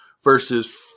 versus